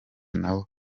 nabo